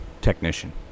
technician